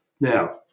Now